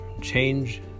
change